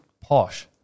Posh